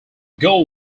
goal